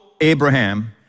Abraham